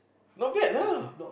not bad lah